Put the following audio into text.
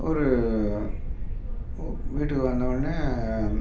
ஒரு ஊ வீட்டுக்கு வந்தோன்னே